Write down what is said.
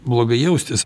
blogai jaustis